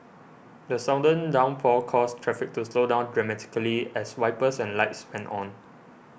the sudden downpour caused traffic to slow down dramatically as wipers and lights went on